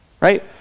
right